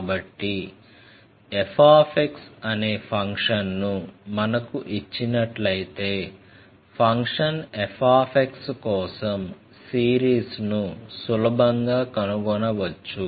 కాబట్టి f అనే ఫంక్షన్ను మనకు ఇచ్చినట్లయితే ఫంక్షన్ f కోసం సిరీస్ను సులభంగా కనుగొనవచ్చు